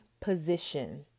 position